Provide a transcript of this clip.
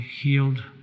healed